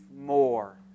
more